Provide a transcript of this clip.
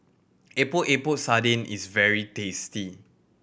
Epok Epok Sardin is very tasty